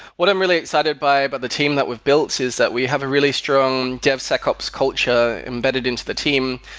what i'm really excited by about but the team that we've built, is that we have a really strong dev secops culture embedded into the team.